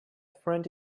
friend